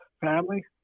family